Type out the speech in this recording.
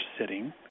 sitting